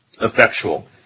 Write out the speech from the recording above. effectual